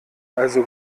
also